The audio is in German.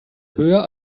höher